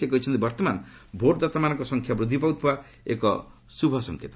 ସେ କହିଛନ୍ତି ବର୍ତ୍ତମାନ ଭୋଟ୍ଦାତାମାନଙ୍କ ସଂଖ୍ୟା ବୃଦ୍ଧି ପାଉଥିବା ଏକ ଶୁଭସଂକେତ